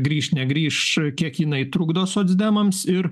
grįš negrįš kiek jinai trukdo socdemams ir